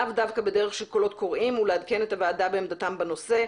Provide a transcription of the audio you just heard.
לאו דווקא בדרך של קולות קוראים ולעדכן את הוועדה בעמדתם בנושא.